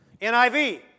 N-I-V